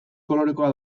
kolorekoa